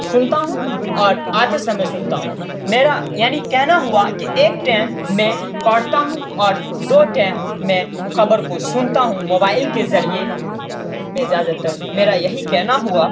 سنتا ہوں اور آتے سمے سنتا ہوں میرا یعنی کہنا ہوا کہ ایک ٹیم میں پڑھتا ہوں اور دو ٹیم میں خبر کو سنتا ہوں موبائل کے ذریعے میں زیادہ تر میرا یہی کہنا ہوا